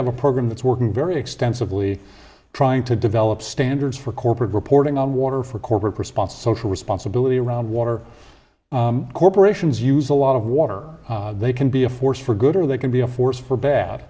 have a program that's working very extensively trying to develop standards for corporate reporting on water for corporate response social responsibility around water corporations use a lot of water they can be a force for good or they can be a force for bad